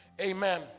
Amen